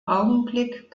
augenblick